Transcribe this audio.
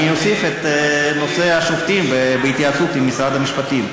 אני אוסיף את נושא השופטים בהתייעצות עם משרד המשפטים.